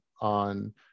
on